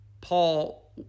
Paul